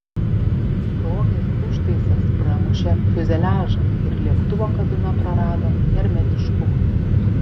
sprogęs užtaisas pramušė fiuzeliažą ir lėktuvo kabina prarado hermetiškumą